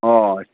ꯑꯣ